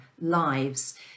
lives